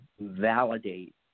validate